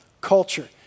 culture